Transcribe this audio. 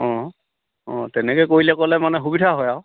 অঁ অঁ তেনেকৈ কৰিলে ক'লে মানে সুবিধা হয় আৰু